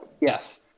Yes